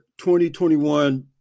2021